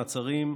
מעצרים)